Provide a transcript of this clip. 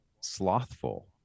slothful